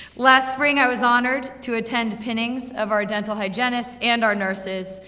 last spring i was honored to attend pinnings, of our dental hygienists, and our nurses,